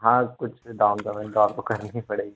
हाँ कुछ down payment तो आपको करनी पड़ेगी